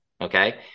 Okay